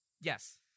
Yes